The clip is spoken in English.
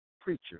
preacher